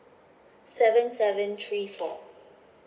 seven seven three four